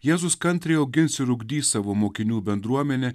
jėzus kantriai augins ir ugdys savo mokinių bendruomenę